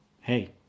hey